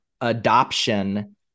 adoption